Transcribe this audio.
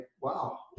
wow